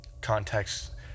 context